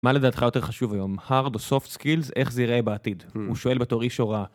מה לדעתך יותר חשוב היום, hard או soft skills, איך זה ייראה בעתיד? הוא שואל בתור איש הוראה.